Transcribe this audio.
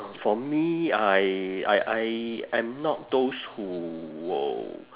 for me I I I I'm not those who will